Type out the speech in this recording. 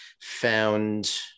found